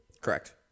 Correct